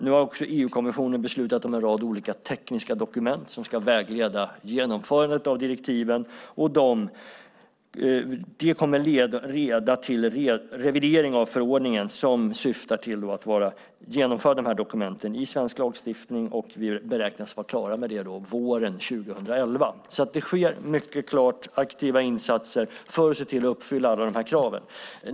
Nu har EU-kommissionen beslutat om en rad olika tekniska dokument som ska vägleda genomförandet av direktiven, och det kommer att leda till en revidering av förordningen som syftar till att genomföra de här dokumenten i svensk lagstiftning. Vi beräknar att vara klara med det våren 2011. Det sker mycket klart aktiva insatser för att se till att uppfylla alla de här kraven.